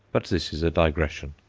but this is a digression.